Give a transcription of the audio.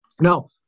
Now